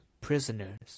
prisoners